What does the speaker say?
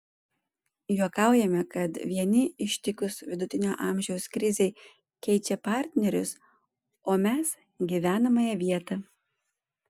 juokaujame kad vieni ištikus vidutinio amžiaus krizei keičia partnerius o mes gyvenamąją vietą